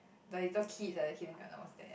the little kids at the kindergarten was there